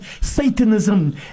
Satanism